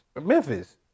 Memphis